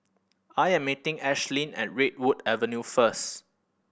I am meeting Ashlyn at Redwood Avenue first